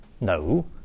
No